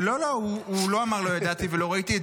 לא, לא, הוא לא אמר לא ידעתי ולא ראיתי.